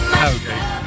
Okay